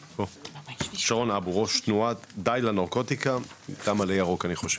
ראש תנועה די לנרקוטיקה, עלה ירוק.